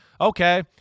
okay